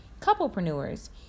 couplepreneurs